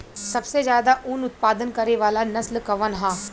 सबसे ज्यादा उन उत्पादन करे वाला नस्ल कवन ह?